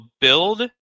build